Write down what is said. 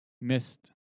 missed